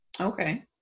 Okay